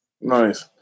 nice